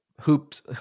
hoops